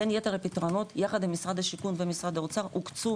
בין יתר הפתרונות יחד עם משרד השיכון ומשרד האוצר הוקצו